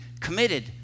committed